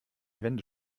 wände